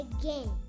again